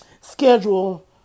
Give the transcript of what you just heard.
schedule